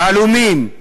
עלומים,